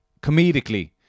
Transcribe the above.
comedically